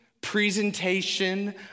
presentation